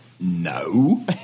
no